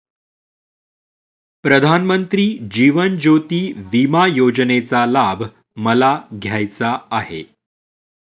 प्रधानमंत्री जीवन ज्योती विमा योजनेचा लाभ मला घ्यायचा आहे